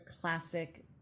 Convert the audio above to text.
classic